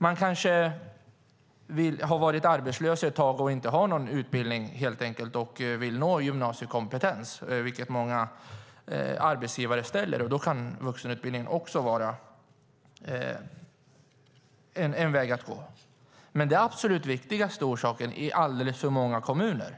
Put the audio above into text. Eller så har man kanske varit arbetslös ett tag och har helt enkelt inte någon utbildning men vill nå gymnasiekompetens, vilket många arbetsgivare ställer krav på, och då kan vuxenutbildning också vara en väg att gå. Den absolut viktigaste orsaken i alldeles för många kommuner